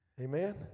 Amen